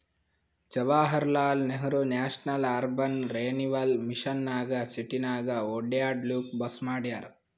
Jawaharlal Nehru national urban renewal mission ನಾಗ್ ಸಿಟಿನಾಗ್ ಒಡ್ಯಾಡ್ಲೂಕ್ ಬಸ್ ಮಾಡ್ಯಾರ್